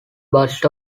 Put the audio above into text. bust